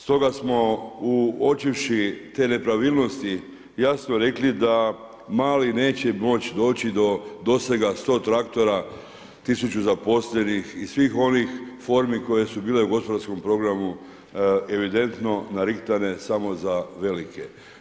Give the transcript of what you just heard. Stoga smo uočivši te nepravilnosti jasno rekli da mali neće moći doći do dosega sto traktora, tisuću zaposlenih i svih onih formi koje su bile u gospodarskom programu evidentno narihtane samo za velike.